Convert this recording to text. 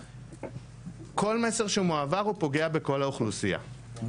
כול מסר שמועבר פוגע בכול האוכלוסייה,